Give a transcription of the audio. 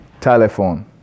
telephone